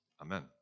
Amen